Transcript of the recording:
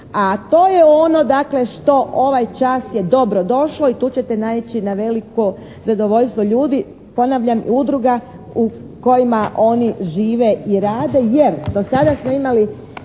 a to je ono dakle što ovaj čas je dobrodošlo i tu ćete naići na veliko zadovoljstvo ljudi, ponavljam i udruga u kojima oni žive i rade jer do sada smo imali,